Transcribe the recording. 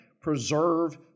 preserve